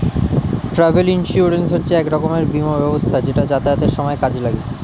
travel insurance হচ্ছে এক রকমের বীমা ব্যবস্থা যেটা যাতায়াতের সময় কাজে লাগে